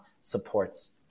supports